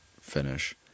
finish